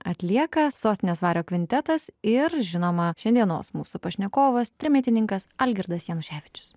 atlieka sostinės vario kvintetas ir žinoma šiandienos mūsų pašnekovas trimitininkas algirdas januševičius